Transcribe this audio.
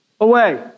away